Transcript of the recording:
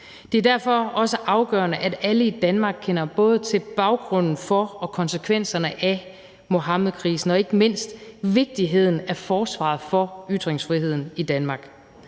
Det er derfor også afgørende, at alle i Danmark kender både til baggrunden for og konsekvenserne af Muhammedkrisen og ikke mindst vigtigheden af forsvar for ytringsfriheden i Danmark.